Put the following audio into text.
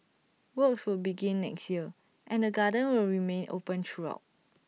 works will begin next year and the garden will remain open throughout